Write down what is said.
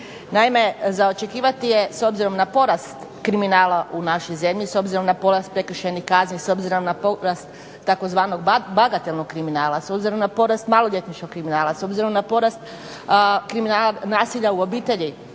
Naime, za očekivati je s obzirom na porast kriminala u našoj zemlji, s obzirom na porast prekršajnih kazni, s obzirom na porast tzv. bagatelnog kriminala, s obzirom na porast maloljetničkog kriminala, s obzirom na porast nasilja u obitelji